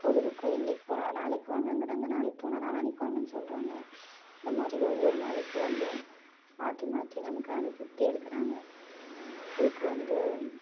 பொழுதுக்கும் இன்றைக்கி போனால் நாளைக்கு வாங்கங்கிறாங்க நாளைக்கு போனால் நாளான்னைக்கு வாங்கன்னு சொல்கிறாங்க இந்தமாதிரி ஒவ்வொரு நாளைக்கும் வந்து மாற்றி மாற்றி நமக்கு அனுப்பிவிட்டே இருக்கிறாங்க இதுக்கு வந்து